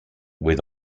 with